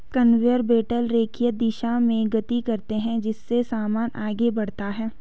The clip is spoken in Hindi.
कनवेयर बेल्ट रेखीय दिशा में गति करते हैं जिससे सामान आगे बढ़ता है